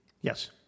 Yes